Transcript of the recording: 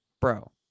Bro